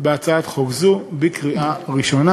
בהצעת חוק זו בקריאה ראשונה.